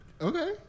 Okay